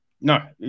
No